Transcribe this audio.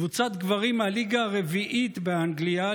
קבוצת גברים מהליגה הרביעית באנגליה,